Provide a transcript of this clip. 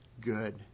good